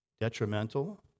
detrimental